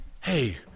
Hey